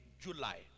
July